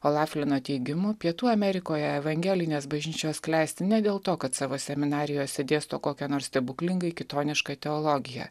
olafilino teigimu pietų amerikoje evangelinės bažnyčios klesti ne dėl to kad savo seminarijose dėsto kokią nors stebuklingai kitonišką teologiją